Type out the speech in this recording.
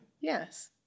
Yes